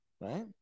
Right